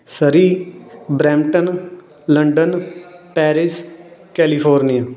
Surrey Brampton London Paris California